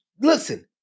listen